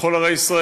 לכל ערי ישראל,